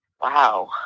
Wow